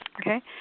Okay